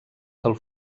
del